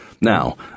Now